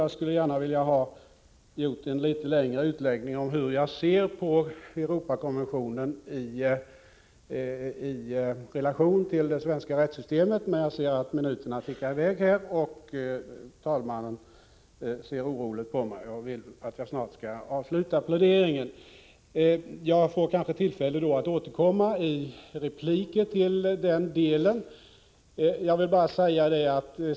Jag skulle gärna ha velat göra en något längre utläggning om hur jag ser på Europakonventionen i relation till det svenska rättssystemet, men jag märker att minuterna tickar i väg. Talmannen ser också oroligt på mig och vill att jag snart skall avsluta pläderingen. Jag får kanske beträffande den här delen tillfälle att återkomma i repliker.